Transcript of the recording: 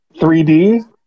3D